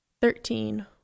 Thirteen